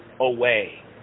away